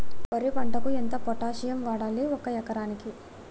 వరి పంటకు ఎంత పొటాషియం వాడాలి ఒక ఎకరానికి?